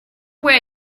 were